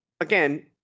again